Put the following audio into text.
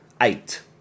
eight